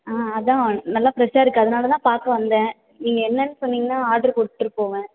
ஆ அதுதான் நல்லா ஃப்ரெஷ்ஷா இருக்குது அதனால் தான் பார்க்க வந்தேன் நீங்கள் என்னென்னு சொன்னீங்கன்னால் ஆட்ரு கொடுத்துட்டு போவேன்